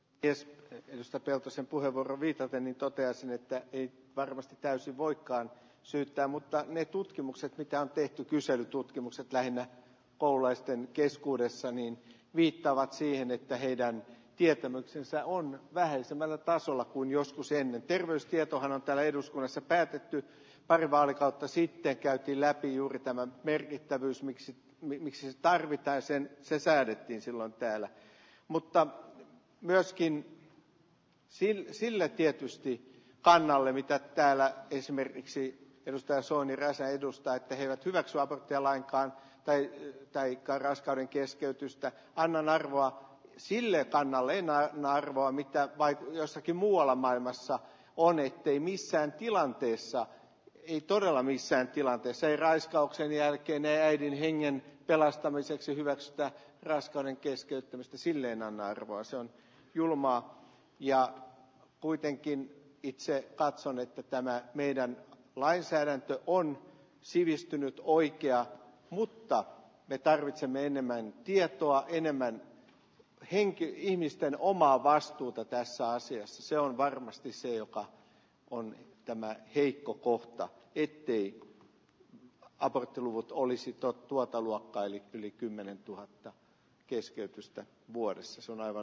ties mistä peltosen puheenvuoroon viitaten toteaisin että ei varmasti täysin voikaan syyttää mutta ne tutkimukset mitä on tehty kyselytutkimus lähinnä koululaisten keskuudessa niin viittaavat siihen että heidän tietämyksensä on vähäisemmällä tasolla kuin joskus ennen terveystietoa on täällä eduskunnassa päätetty pari vaalikautta sitten käyty läpi juuri tämä merkittävyys miksi toimissa tarvittaisiin se säädettiin sillä täällä mutta myöskin siinä sille tietysti kannalle mikä täällä esimerkiksi jos taas on eräs edustaa eivät hyväksy aborttia lainkaan tai yk taikka raskauden keskeytystä kannan arvoa sille kannalle ja narvaan mitä vain jossakin muualla maailmassa on ettei missään tilanteessa yli torala missään tilanteessa ei raiskauksen jälkeen äidin hengen pelastamiseksi hyväksytään raskauden keskeyttämistäsilleen arvaus on julmaa ja kuitenkin itse katson että tämä meidän lainsäädäntö on sivistynyt hoikkia mutta nyt tarvitsemme enemmän tietoa enemmän henki ihmisten omaa vastuuta tässä asiassa se on varmasti se joka on tämän heikko kohta ettei aborttiluvut olisiko tuota luokkaa eli yli kymmenentuhatta keskeytystä vuodessa se on aivan